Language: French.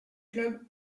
club